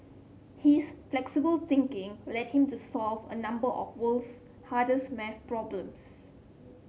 his flexible thinking led him to solve a number of world's hardest maths problems